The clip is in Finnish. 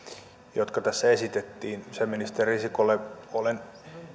jotka tässä esitettiin sisäministeri risikolle olen